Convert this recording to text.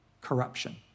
corruption